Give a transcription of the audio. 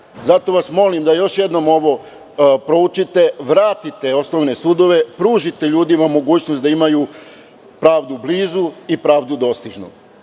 Zato vas molim da još jednom ovo proučite, vratite osnovne sudove, pružite ljudima mogućnost da imaju pravdu blizu i pravdu dostižnu. Neko